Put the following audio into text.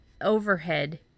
overhead